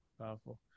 powerful